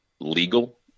legal